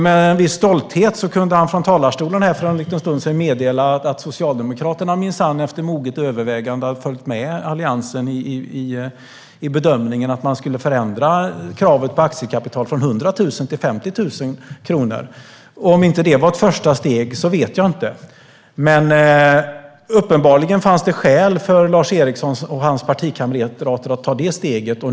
Med en viss stolthet kunde Lars Eriksson för en stund sedan meddela att Socialdemokraterna minsann efter moget övervägande har instämt i Alliansens bedömning att kravet på aktiebolagskapital skulle förändras från 100 000 kronor till 50 000 kronor. Om inte det var ett första steg, så vet jag inte vad det är. Uppenbarligen fanns det skäl för Lars Eriksson och hans partikamrater att ta det steget.